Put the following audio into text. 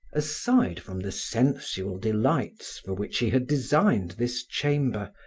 aside from the sensual delights for which he had designed this chamber,